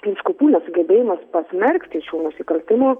vyskupų nesugebėjimas pasmerkti šių nusikaltimų